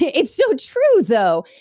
yeah it's so true, though.